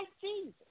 Jesus